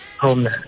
home